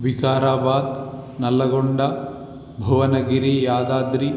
Vikarabad Nalgonda Bhuvanagiri Yadadri